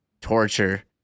torture